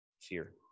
fear